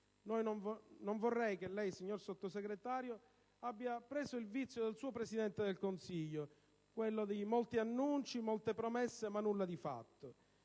Non vorrei che lei, signor Sottosegretario, abbia preso il vizio del suo Presidente del Consiglio: molti annunci, molte promesse, ma nulla di fatto.